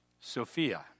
sophia